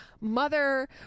mother